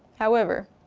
however,